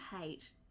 hate